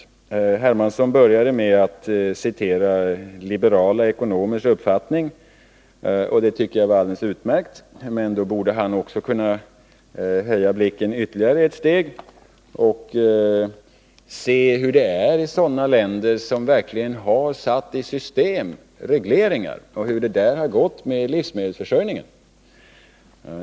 Carl-Henrik Hermansson började med att citera liberala ekonomers uppfattning, och det tycker jag är alldeles utmärkt, men då borde han också kunna höja blicken ytterligare och se hur det är i de länder där man verkligen har satt i system att införa regleringar och hur det där har gått med livsmedelsförsörjningen.